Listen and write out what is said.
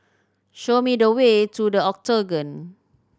show me the way to The Octagon